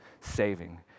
saving